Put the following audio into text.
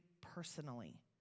personally